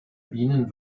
bienen